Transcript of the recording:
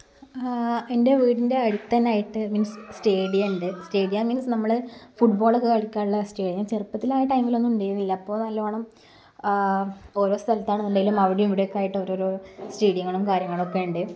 എന്റെ വീടിന്റെ അടുത്തു തന്നെയായിട്ട് മീന്സ് സ്റ്റേഡിയമുണ്ട് സ്റ്റേഡിയം മീന്സ്സ് നമ്മള് ഫുട്ബോളൊക്കെ കളിക്കാനുള്ള സ്റ്റേഡിയം ചെറുപ്പത്തിലാ ടൈമിലൊന്നും ഉണ്ടീന്നില്ല അപ്പോള് നല്ലവണ്ണം ഒരോ സ്ഥലത്താണ്ണ്ടേലും അവിടേം ഇവിടേം ഒക്കെയായിട്ടോരോരോ സ്റ്റേഡിയങ്ങളും കാര്യങ്ങളുമൊക്കെ ഉണ്ട്